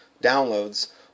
downloads